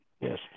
Yes